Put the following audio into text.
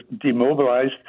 demobilized